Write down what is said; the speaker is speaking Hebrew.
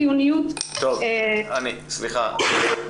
אני רוצה להתייחס לחיוניות בשני היבטים.